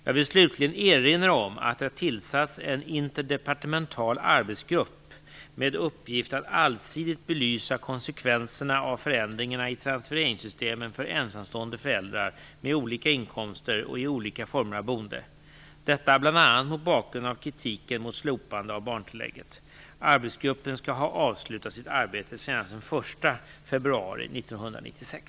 Jag vill slutligen erinra om att det tillsatts en interdepartemental arbetsgrupp med uppgift att allsidigt belysa konsekvenserna av förändringarna i transfereringssystemen för ensamstående föräldrar med olika inkomster och i olika former av boende, detta bl.a. mot bakgrund av kritiken mot slopandet av barntillägget. Arbetsgruppen skall ha avslutat sitt arbete senast den 1 februari 1996.